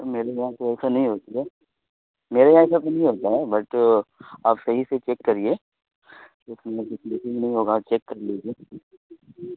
میرے یہاں تو ایسا نہیں ہوتی ہے میرے یہاں ایسا تو نہیں ہوتا ہے بٹ آپ صحیح سے چیک کریے مسنگ نہیں ہوگا چیک کر لیجیے